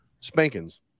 spankings